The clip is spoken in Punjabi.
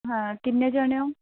ਹਾਂ ਕਿੰਨੇ ਜਣੇ ਹੋ